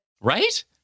Right